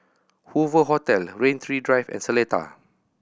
Hoover Hotel Rain Tree Drive and Seletar